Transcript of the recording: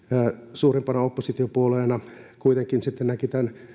suurimpana oppositiopuolueena kuitenkin sitten näkivät tämän